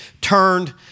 turned